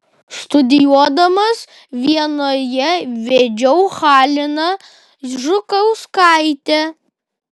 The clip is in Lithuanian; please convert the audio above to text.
studijuodamas vienoje vedžiau haliną žukauskaitę